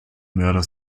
mörder